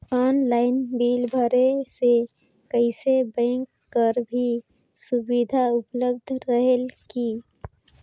Online bill भरे से कइसे बैंक कर भी सुविधा उपलब्ध रेहेल की?